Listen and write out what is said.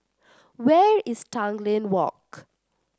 where is Tanglin Walk